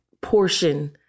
portion